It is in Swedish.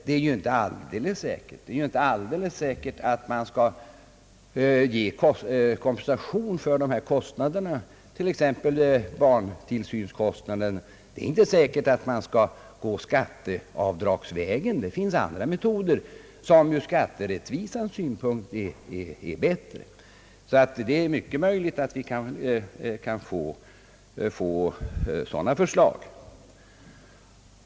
Det är ju inte alldeles säkert att man skall ge kompensation för familjers extra kostnader, t.ex. barntillsynskostnaden, genom skatteavdrag, det finns andra metoder som ur skatterättvisans synpunkt är bättre. Det är mycket möjligt att vi kan få förslag som går i den riktningen.